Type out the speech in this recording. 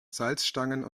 salzstangen